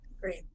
Great